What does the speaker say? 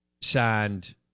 signed